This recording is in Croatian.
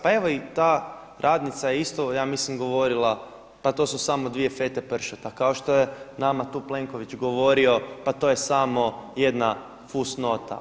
Pa evo i ta radnica je isto ja mislim govorila pa to su samo dvije fete pršuta, kao što je nama tu Plenković govorio, pa to je samo jedna fusnota.